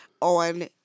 on